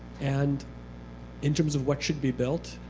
and in terms of what should be built